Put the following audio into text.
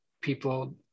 people